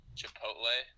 chipotle